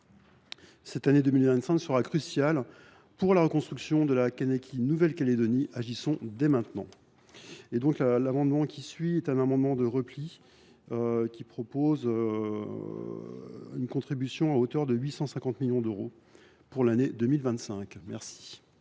Cette année 2025 sera cruciale pour la reconstruction de la Kanaky Nouvelle Calédonie. Agissons dès maintenant ! L’amendement n° I 752 est un amendement de repli. Il tend à une contribution à hauteur de 850 millions d’euros pour l’année 2025. Quel